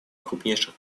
крупнейших